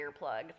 earplugs